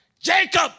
Jacob